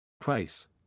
Price